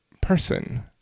person